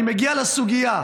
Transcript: אני מגיע לסוגיה,